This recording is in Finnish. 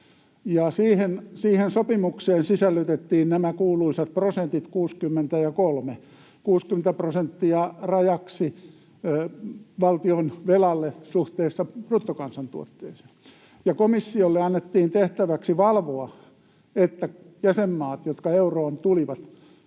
siihen sopimukseen sisällytettiin nämä kuuluisat prosentit 60 ja 3 — 60 prosenttia rajaksi valtionvelalle suhteessa bruttokansantuotteeseen — ja komissiolle annettiin tehtäväksi valvoa, että jäsenmaat, jotka euroon tulivat,